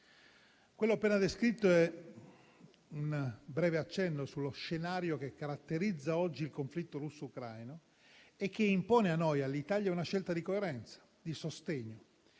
Quello appena descritto è un breve accenno sullo scenario che oggi caratterizza il conflitto russo-ucraino e che impone a noi, all'Italia, una scelta di coerenza, di sostegno